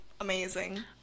amazing